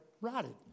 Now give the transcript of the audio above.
rotted